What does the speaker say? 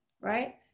right